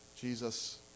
Jesus